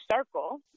Circle